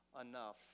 enough